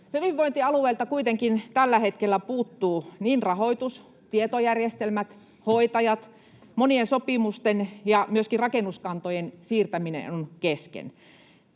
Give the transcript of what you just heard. Hyvinvointialueilta kuitenkin tällä hetkellä puuttuvat niin rahoitus, tietojärjestelmät kuin hoitajat, ja monien sopimusten ja myöskin rakennuskantojen siirtäminen on kesken.